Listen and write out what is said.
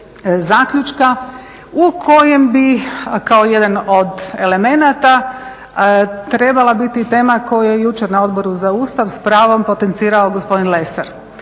u kojem bi kao jedan od elemenata trebala biti tema koju je jučer na Odboru za Ustav s pravom potencirao gospodin Lesar.